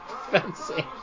fencing